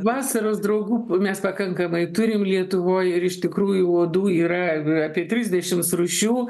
vasaros draugų mes pakankamai turim lietuvoje ir iš tikrųjų uodų yra apie trisdešims rūšių